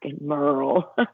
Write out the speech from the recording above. Merle